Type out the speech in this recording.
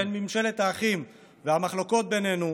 בשל מלחמת האחים והמחלוקות בינינו,